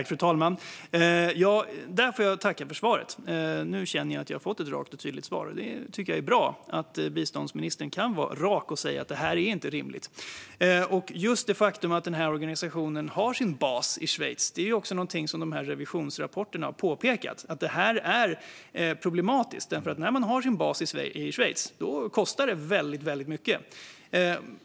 Fru talman! Jag får tacka för svaret! Nu känner jag att jag har fått ett rakt och tydligt svar. Jag tycker att det är bra att biståndsministern kan vara rak och säga att det här inte är rimligt. Just det faktum att denna organisation har sin bas i Schweiz är också någonting som revisionsrapporterna har påpekat som problematiskt, för att ha sin bas i Schweiz kostar väldigt mycket.